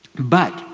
but,